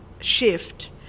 shift